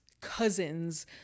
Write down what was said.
cousins